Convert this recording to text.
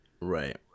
Right